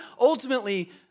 ultimately